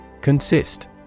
Consist